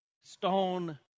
Stone